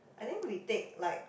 I think we take like